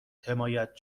حمایت